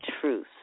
truth